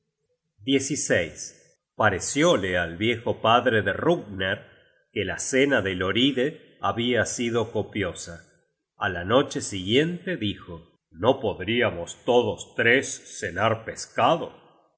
á dormir pareciole al viejo padre de hrungner que la cena de hloride habia sido copiosa á la noche siguiente dijo no podríamos todos tres cenar pescado